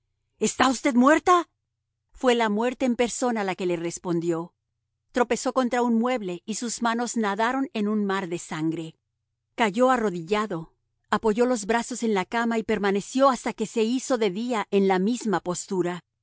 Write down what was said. está usted muerta fue la muerte en persona la que le respondió tropezó contra un mueble y sus manos nadaron en un mar de sangre cayó arrodillado apoyó los brazos en la cama y permaneció hasta que se hizo de día en la misma postura